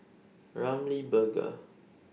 Ramly Burger